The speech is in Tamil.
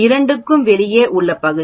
இரண்டுக்கு வெளியே உள்ள பகுதி 0